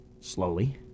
slowly